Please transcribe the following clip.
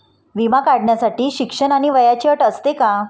विमा काढण्यासाठी शिक्षण आणि वयाची अट असते का?